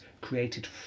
created